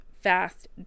fast